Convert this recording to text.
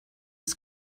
است